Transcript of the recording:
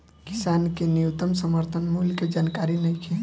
किसान के न्यूनतम समर्थन मूल्य के जानकारी नईखे